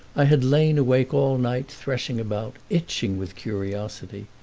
i had lain awake all night threshing about, itching with curiosity.